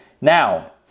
Now